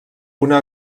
una